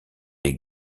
est